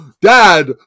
dad